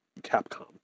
Capcom